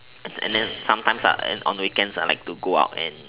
and then sometimes on weekends I like to go out and